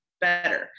better